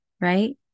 right